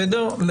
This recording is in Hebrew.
בסדר?